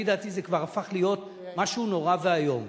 לפי דעתי זה כבר הפך להיות משהו נורא ואיום.